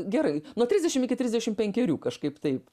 gerai nuo trisdešim iki trisdešim penkerių kažkaip taip